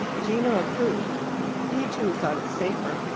gino approved he, too, thought it safer,